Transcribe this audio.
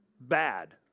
Bad